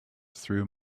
through